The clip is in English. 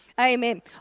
Amen